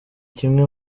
kimwe